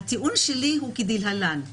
הטיעון שלי הוא כדלהלן: